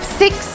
six